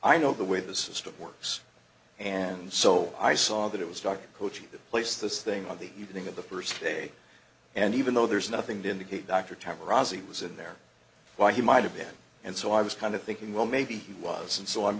i know the way the system works and so i saw that it was struck coach that place this thing on the evening of the first day and even though there's nothing to indicate dr tarazi was in there while he might have been and so i was kind of thinking well maybe he was and so i'm